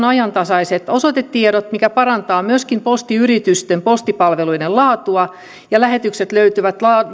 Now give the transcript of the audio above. ajantasaiset osoitetiedot mikä parantaa myöskin postiyritysten postipalveluiden laatua ja lähetykset löytävät